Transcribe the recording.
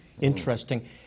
interesting